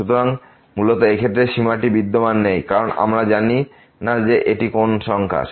সুতরাং মূলত এই ক্ষেত্রে এই সীমাটি বিদ্যমান নেই কারণ আমরা জানি না এটি কোন সংখ্যা